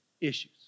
issues